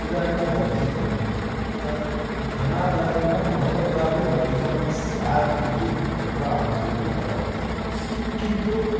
इदानीं वर्धितं धनाधारेण गुणवत्तापि वर्धिता स्यात् इति मत्वा अहं स्वीकृतवान् किन्तु